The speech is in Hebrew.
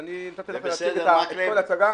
ונתתי לך להציג את כל ההצגה.